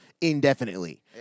indefinitely